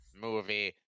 movie